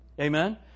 Amen